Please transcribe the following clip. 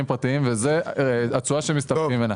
פרטיים וזה התשואה שהם מסתפקים ממנה.